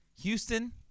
Houston –